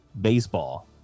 baseball